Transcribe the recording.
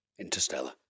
Interstellar